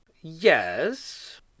Yes